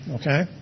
Okay